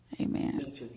Amen